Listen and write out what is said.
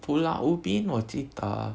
pulau ubin 我记得